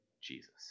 Jesus